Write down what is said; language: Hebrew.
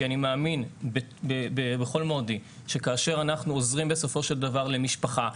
כי אני מאמין בכל מאודי שכאשר אנחנו עוזרים בסופו של דבר למשפחה,